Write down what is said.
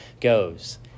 goes